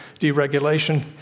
deregulation